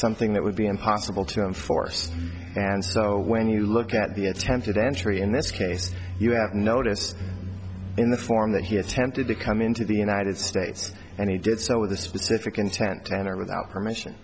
something that would be impossible to enforce and so when you look at the attempted entry in this case you have notice in the form that he attempted to come into the united states and he did so with a specific intent to enter without permission